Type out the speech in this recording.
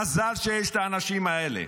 מזל שיש את האנשים האלה,